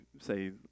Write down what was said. say